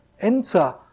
enter